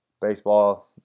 Baseball